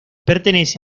pertenece